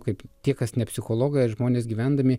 kaip tie kas ne psichologai ar žmonės gyvendami